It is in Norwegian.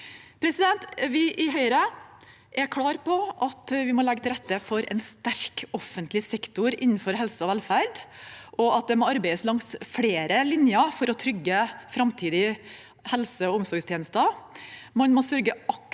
oppvekst. Vi i Høyre er klare på at vi må legge til rette for en sterk offentlig sektor innenfor helse og velferd, og at det må arbeides langs flere linjer for å trygge framtidige helse- og omsorgstjenester.